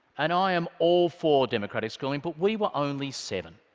and i am all for democratic schooling, but we were only seven.